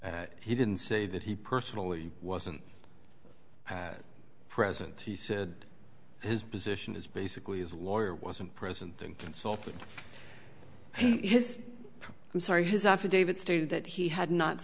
and he didn't say that he personally wasn't at present he said his position is basically as a lawyer wasn't present and consulted his i'm sorry his affidavit stated that he had not